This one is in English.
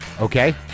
okay